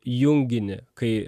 junginį kai